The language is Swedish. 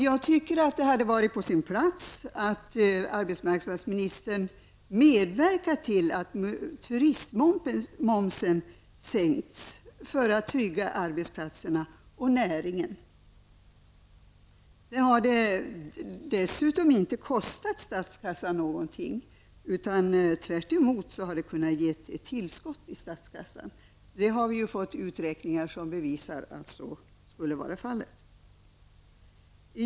Jag tycker att det är på sin plats att arbetsmarknadsministern medverkar till att turistmomsen sänks för att trygga arbetsplatserna och näringen. Det hade dessutom inte kostat statskassan någonting. Tvärtom hade det kunnat ge ett tillskott till statskassan. Vi har fått uträkningar som bevisar att detta skulle vara fallet.